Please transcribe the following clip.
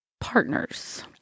partners